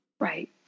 right